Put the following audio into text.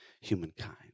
humankind